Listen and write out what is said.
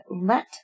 let